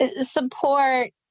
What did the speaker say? Support